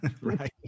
Right